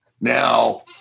Now